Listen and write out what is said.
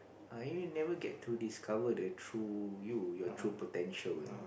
I never get to discover the true you your true potential you know